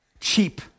cheap